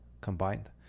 combined